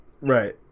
Right